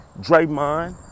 Draymond